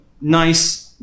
nice